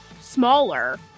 smaller